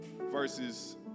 verses